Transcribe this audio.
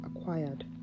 acquired